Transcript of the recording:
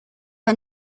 her